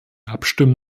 abstimmen